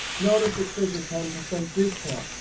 notice it says a ten percent discount.